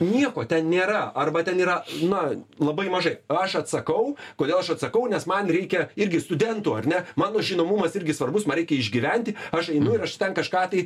nieko ten nėra arba ten yra na labai mažai aš atsakau kodėl aš atsakau nes man reikia irgi studentų ar ne mano žinomumas irgi svarbus man reikia išgyventi aš einu ir aš ten kažką tai